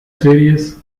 series